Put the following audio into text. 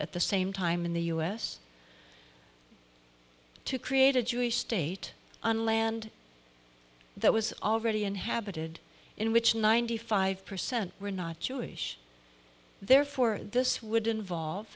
at the same time in the us to create a jewish state on land that was already inhabited in which ninety five percent were not jewish therefore this would involve